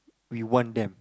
we want them